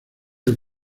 del